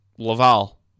Laval